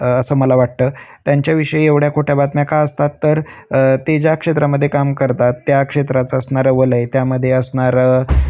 असं मला वाटतं त्यांच्याविषयी एवढ्या खोट्या बातम्या का असतात तर ते ज्या क्षेत्रामध्ये काम करतात त्या क्षेत्राचं असणारं वलय त्यामध्ये असणारं